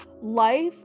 Life